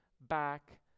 back